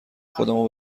خودمو